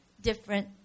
different